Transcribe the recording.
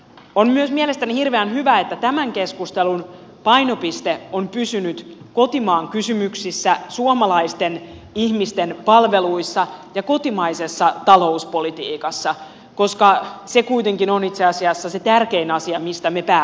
on myös mielestäni hirveän hyvä että tämän keskustelun painopiste on pysynyt kotimaan kysymyksissä suomalaisten ihmisten palveluissa ja kotimaisessa talouspolitiikassa koska se kuitenkin on itse asiassa se tärkein asia mistä me päätämme